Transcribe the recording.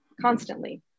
constantly